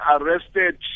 arrested